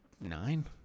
nine